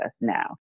now